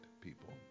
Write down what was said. people